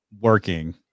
working